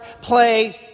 play